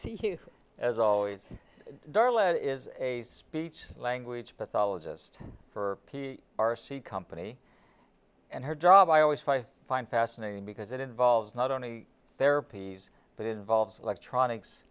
you as always darla is a speech language pathologist for p r c company and her job i always five find fascinating because it involves not only therapies but involves electronics